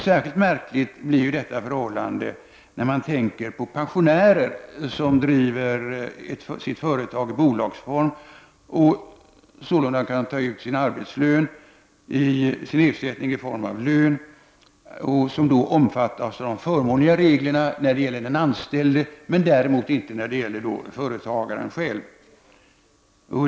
Särskilt märkligt blir detta förhållande när man tänker på de pensionärer som driver sitt företag i bolagsform. De kan de ut sin ersättning i form av lön och omfattas då av de förmånliga regler som gäller den anställde men däremot inte företagaren själv.